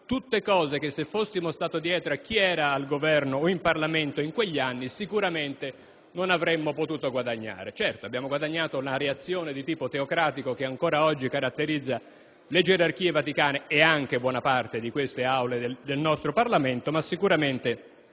Tutte cose che, se fossimo stati dietro a chi era al Governo o in Parlamento in quegli anni, non avremmo sicuramente potuto guadagnare. Certo, abbiamo guadagnato una reazione di tipo teocratico, che ancora oggi caratterizza le gerarchie vaticane, e anche buona parte delle Aule del nostro Parlamento; ma gli italiani